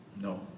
No